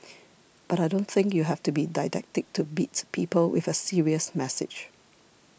but I don't think you have to be didactic to beat people with a serious message